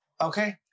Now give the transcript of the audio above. Okay